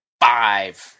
five